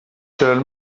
sellel